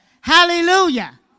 Hallelujah